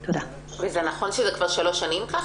זה נכון שהתהליך הזה נמשך כבר שלוש שנים?